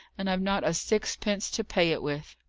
and i've not a sixpence to pay it with.